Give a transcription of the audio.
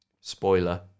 Spoiler